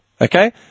okay